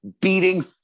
beating